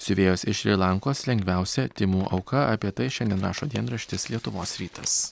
siuvėjos iš šri lankos lengviausia tymų auka apie tai šiandien rašo dienraštis lietuvos rytas